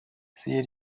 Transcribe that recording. siehe